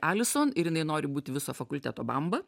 alison ir jinai nori būti viso fakulteto bamba